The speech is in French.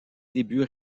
débuts